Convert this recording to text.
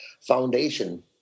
foundation